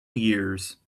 years